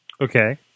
Okay